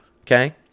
okay